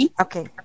okay